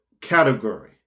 category